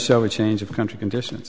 show a change of country condition